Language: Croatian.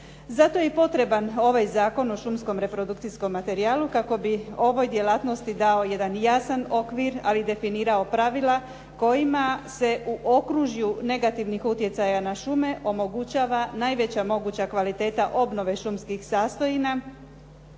Zato je i potreban ovaj Zakon o šumskom reprodukcijskom materijalu kako bi ovoj djelatnosti dao jedan jasan okvir ali i definirao pravila kojima se u okružju negativnih utjecaja na šume omogućava najveća moguća kvaliteta obnove šumskih sastojina